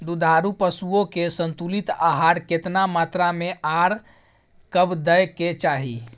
दुधारू पशुओं के संतुलित आहार केतना मात्रा में आर कब दैय के चाही?